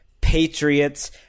Patriots